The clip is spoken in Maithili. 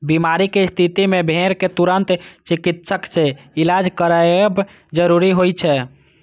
बीमारी के स्थिति मे भेड़ कें तुरंत चिकित्सक सं इलाज करायब जरूरी होइ छै